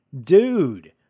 dude